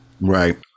Right